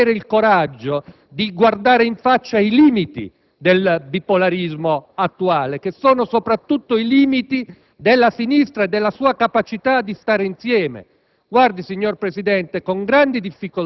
senza futuro è necessario avere il coraggio di non ignorare i limiti del bipolarismo attuale, che sono soprattutto i limiti della sinistra e della sua capacità di stare insieme.